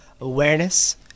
awareness